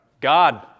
God